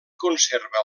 conserva